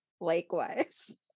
likewise